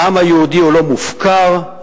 העם היהודי לא מופקר,